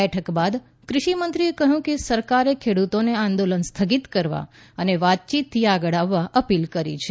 બેઠક બાદ ક઼ષિ મંત્રીએ કહ્યું કે સરકારે ખેડૂતોને આંદોલન સ્થગિત કરવા અને વાયતીતથી આગળ આવવા અપીલ કરી છે